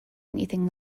anything